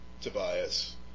Tobias